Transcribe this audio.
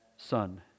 son